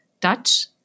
touch